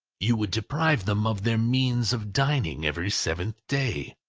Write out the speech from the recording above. you would deprive them of their means of dining every seventh day,